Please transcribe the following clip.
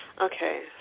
Okay